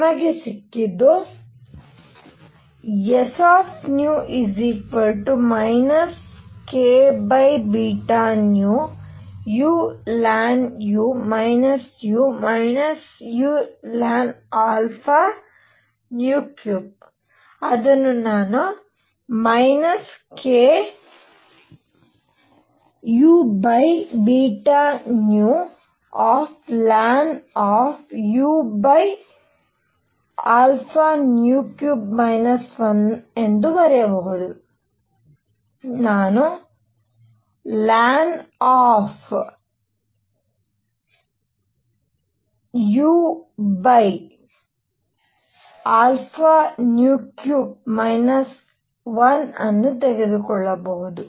ನಮಗೆ ಸಿಕ್ಕಿದ್ದು s kβνulnu u ulnα3 ಅದನ್ನು ನಾನು kuβνln⁡ 1 ಎಂದು ಬರೆಯಬಹುದು ನಾನು ln u3 1 ಅನ್ನು ತೆಗೆದುಕೊಳ್ಳಬಹುದು